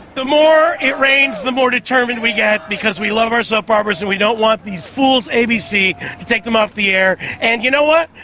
the more it rains the more determined we get, because we love our soap operas and we don't want these fools abc to take them off the air. and you know what?